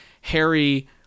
Harry